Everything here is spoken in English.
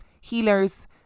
healers